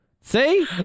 See